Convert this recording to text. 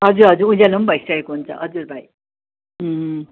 हजुर हजुर उज्यालो पनि भइसकेको हुन्छ हजुर भाइ